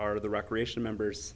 are the recreation members